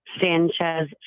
Sanchez